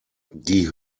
die